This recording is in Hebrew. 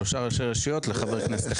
שלושה ראשי רשויות לחבר כנסת אחד.